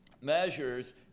measures